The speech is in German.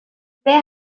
wer